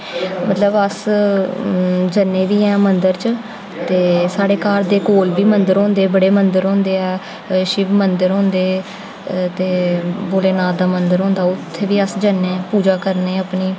मतलब अस जन्ने बी हैन मन्दर च ते साढ़े घर दे कोल बी मन्दर होंदे बड़े मन्दर होंदे शिव मन्दर होंदे ते भोलेनाथ दा मन्दर होंदा उ'त्थें बी अस जन्ने पूजा करने अपने